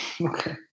Okay